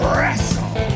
Wrestle